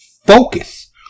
focus